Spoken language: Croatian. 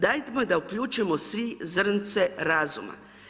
Dajmo da uključimo svi zrnce razuma.